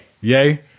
Yay